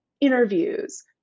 Interviews